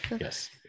Yes